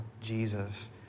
Jesus